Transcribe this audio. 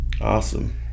Awesome